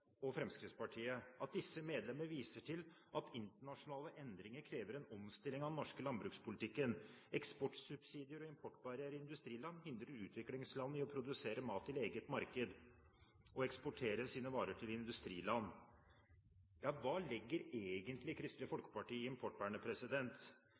og Fremskrittspartiet, at: «Disse medlemmer viser til at internasjonale endringer krever en omstilling av den norske landbrukspolitikken. Eksportsubsidier og importbarrierer i industriland hindrer utviklingsland i å produsere mat til eget marked og eksportere sine varer til industriland.» Hva legger egentlig Kristelig